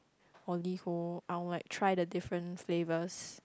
or Liho I will like try the different flavours